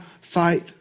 fight